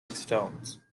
stones